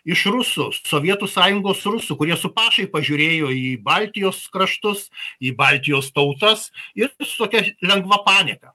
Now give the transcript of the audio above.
iš rusų sovietų sąjungos rusų kurie su pašaipa žiūrėjo į baltijos kraštus į baltijos tautas ir su tokia lengva panieka